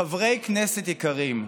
חברי כנסת יקרים,